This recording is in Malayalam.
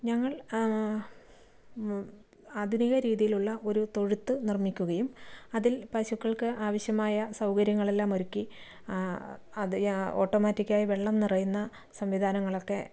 ഞങ്ങൾ ആധുനിക രീതിയിലുള്ള ഒരു തൊഴുത്ത് നിർമ്മിക്കുകയും അതിൽ പശുക്കൾക്ക് ആവിശ്യമായ സൗകര്യങ്ങളെല്ലാം ഒരുക്കി അത് ഓട്ടോമാറ്റിക്കായി വെള്ളം നിറയുന്ന സംവിധാനങ്ങളൊക്കെ